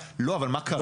--- לא, אבל מה קרה?